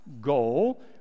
Goal